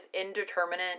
indeterminate